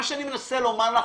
מה שאני מנסה לומר לך,